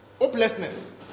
hopelessness